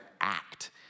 act